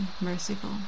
merciful